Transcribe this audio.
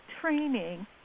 training